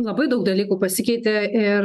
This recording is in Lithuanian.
labai daug dalykų pasikeitė ir